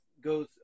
goes